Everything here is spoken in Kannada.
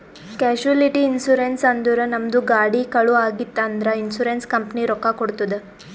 ಕ್ಯಾಶುಲಿಟಿ ಇನ್ಸೂರೆನ್ಸ್ ಅಂದುರ್ ನಮ್ದು ಗಾಡಿ ಕಳು ಆಗಿತ್ತ್ ಅಂದ್ರ ಇನ್ಸೂರೆನ್ಸ್ ಕಂಪನಿ ರೊಕ್ಕಾ ಕೊಡ್ತುದ್